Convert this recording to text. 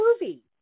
movie